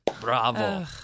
bravo